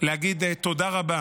להגיד תודה רבה